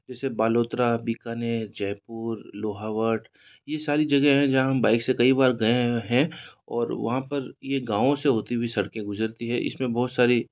जैसे बालोतरा बीकानेर जयपुर लोहावट यह सारी जगह है जहाँ बाइक से कई बार गए हैं और वहाँ पर यह गाँव से होती हुई सड़कें गुजरती हैं इसमें बहुत सारी